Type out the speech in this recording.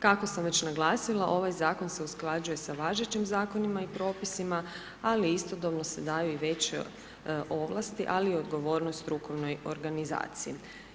Kako sam već naglasila ovaj zakon se usklađuje sa važećim zakonima i propisima ali istodobno se daju i veće ovlasti, ali i odgovornost strukovnoj organizaciji.